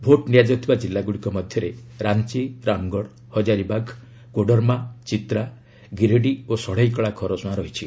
vote ନିଆଯାଉଥିବା କିଲ୍ଲାଗୁଡ଼ିକ ମଧ୍ୟରେ ରାଞ୍ଚ ରାମଗଡ଼ ହକାରିବାଗ କୋଡରମା ଚତ୍ରା ଗିରିଡ଼ି ଓ ଷଢ଼େଇକଳା ଖରସୁଆଁ ରହିଛି